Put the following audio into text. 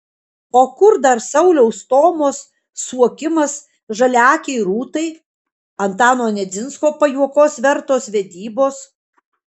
o kur dar sauliaus stomos suokimas žaliaakei rūtai antano nedzinsko pajuokos vertos vedybos